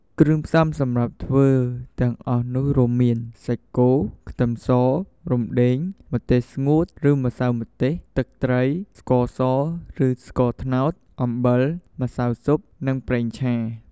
គ្រឿងផ្សំសម្រាប់ធ្វើទាំងអស់នោះរួមមាន សាច់គោ ខ្ទឹមស រំដេង ម្ទេសស្ងួតឬម្សៅម្ទេស ទឹកត្រី ស្ករសឬស្ករត្នោត អំបិល ម្សៅស៊ុប និងប្រេងឆា។